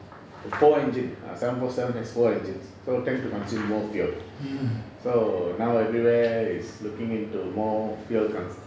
four engine seven four seven has four engines so tend to consume more fuel so now everywhere is looking into more fuel con~